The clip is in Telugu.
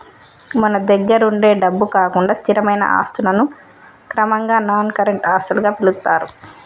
మన దగ్గరుండే డబ్బు కాకుండా స్థిరమైన ఆస్తులను క్రమంగా నాన్ కరెంట్ ఆస్తులుగా పిలుత్తారు